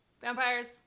Vampires